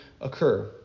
occur